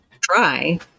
try